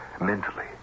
mentally